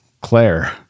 Claire